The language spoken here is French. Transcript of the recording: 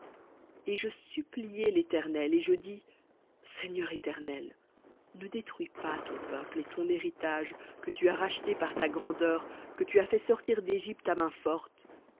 et je suppliai l'éternel et je dis seigneur éternel ne détruis pas ton peuple et ton héritage que tu as racheté par ta grandeur que tu as fait sortir d'égypte à main forte